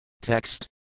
Text